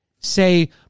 say